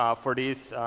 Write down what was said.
um for these,